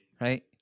Right